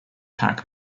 pac